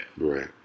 Right